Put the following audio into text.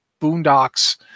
boondocks